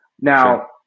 Now